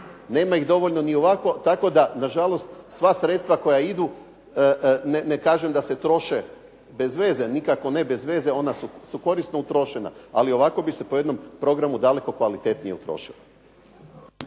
Nema ih dovoljno ni ovako, tako da na žalost sva sredstva koja idu, ne kažem da se troše bezveze, nikako ne bezveze, ona su korisno utrošena, ali ovako bi se po jednom programu daleko kvalitetnije utrošila.